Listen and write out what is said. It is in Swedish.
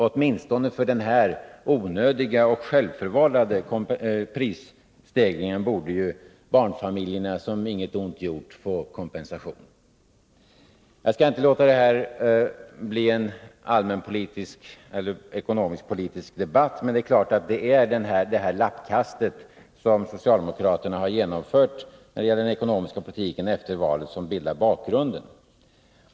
Åtminstone för denna onödiga och självförvållade prisstegring borde ju barnfamiljerna, som inget ont gjort, få kompensation. Jag skall inte låta detta bli en allmänpolitisk eller ekonomisk-politisk debatt, men det är klart att det är det lappkast socialdemokraterna genomfört när det gäller den ekonomiska politiken efter valet som bildar bakgrund.